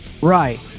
Right